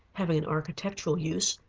having an architectural use,